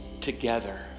together